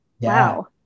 wow